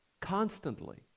constantly